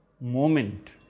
moment